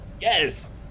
Yes